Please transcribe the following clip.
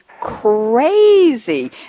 crazy